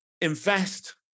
invest